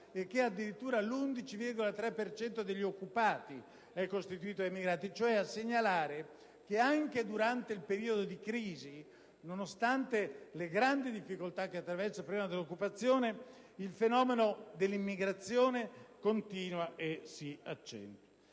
e che addirittura l'11,3 per cento degli occupati è costituito da immigrati: ciò a segnalare che anche durante il periodo di crisi, nonostante le grandi difficoltà che attraversa il mondo dell'occupazione, il fenomeno dell'immigrazione continua e si accentua.